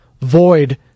void